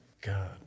God